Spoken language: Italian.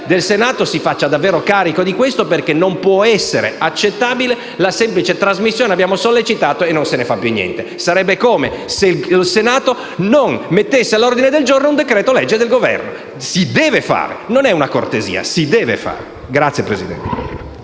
del Senato si faccia davvero carico di questo, perché non può essere accettabile la semplice trasmissione, una sollecitazione e poi non se ne fa più niente. Sarebbe come se il Senato non mettesse all'ordine del giorno un decreto‑legge del Governo: si deve fare, non è una cortesia. PRESIDENTE. Lo faremo